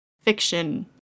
fiction